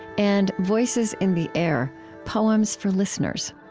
and voices in the air poems for listeners